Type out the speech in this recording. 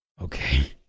Okay